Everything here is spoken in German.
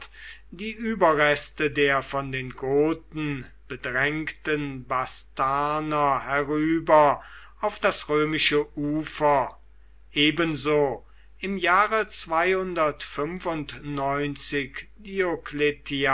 die überreste der von den goten bedrängten bastarner herüber auf das römische ufer ebenso im jahre